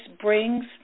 brings